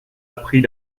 appris